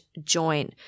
join